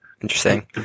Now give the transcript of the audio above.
Interesting